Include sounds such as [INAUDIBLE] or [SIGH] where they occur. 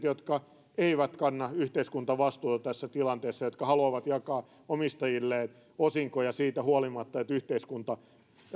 [UNINTELLIGIBLE] jotka eivät kanna yhteiskuntavastuuta tässä tilanteessa ja jotka haluavat jakaa omistajilleen osinkoja siitä huolimatta että yhteiskunta